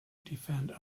defend